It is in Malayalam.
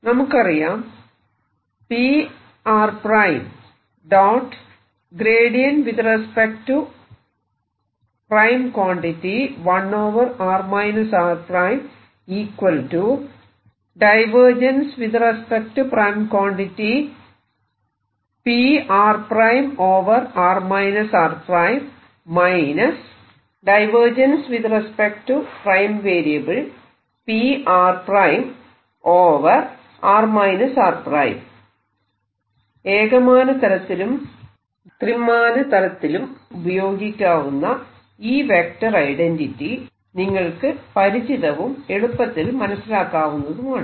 നമുക്കറിയാം ഏകമാനതലത്തിലും ത്രിമാനതലത്തിലും ഉപയോഗിക്കാവുന്ന ഈ വെക്റ്റർ ഐഡന്റിറ്റി നിങ്ങൾക്ക് പരിചിതവും എളുപ്പത്തിൽ മനസിലാക്കാവുന്നതുമാണ്